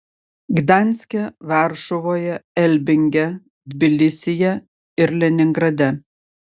gdanske varšuvoje elbinge tbilisyje ir leningrade